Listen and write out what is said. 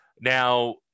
Now